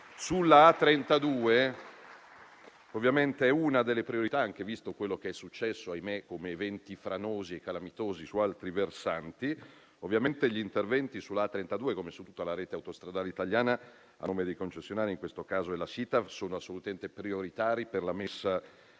La A32 ovviamente è una delle priorità, visto anche quello che è successo - ahimè - come eventi franosi e calamitosi su altri versanti. Ovviamente gli interventi sulla A32, come su tutta la rete autostradale italiana, a nome dei concessionari (in questo caso la SITAF), sono assolutamente prioritari per la messa